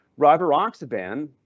rivaroxaban